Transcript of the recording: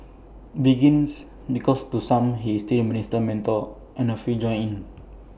begins because to some he is still minister mentor and A few join in